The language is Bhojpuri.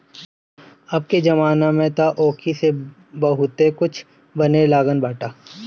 अबके जमाना में तअ ऊखी से बहुते कुछ बने लागल बाटे